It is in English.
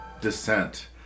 descent